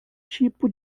tipo